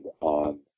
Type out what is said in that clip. on